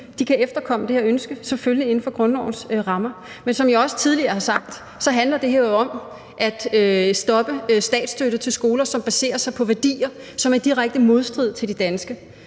kan efterkomme det her ønske, selvfølgelig inden for grundlovens rammer. Men som jeg også tidligere har sagt, handler det her jo om at stoppe statsstøtte til skoler, som baserer sig på værdier, som er i direkte modstrid med de danske,